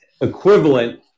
equivalent